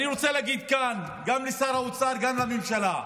אני רוצה להגיד כאן גם לשר האוצר, גם לממשלה,